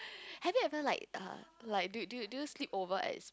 have you ever like (err)0 like do do you sleep over at